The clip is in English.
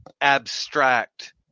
Abstract